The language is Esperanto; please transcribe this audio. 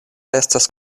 estas